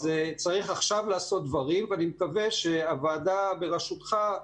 צריך עכשיו לעשות דברים ואני מקווה שהוועדה בראשותך,